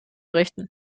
rechten